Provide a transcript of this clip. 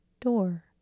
door